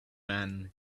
man